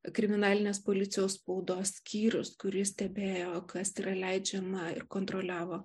kriminalinės policijos spaudos skyrius kuris stebėjo kas yra leidžiama ir kontroliavo